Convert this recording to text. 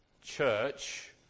church